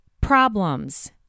problems